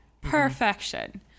perfection